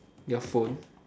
your phone